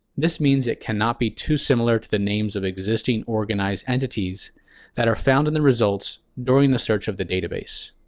this means it cannot be too similar to the names of existing organized entities that are found in the results during the search of the database.